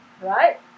Right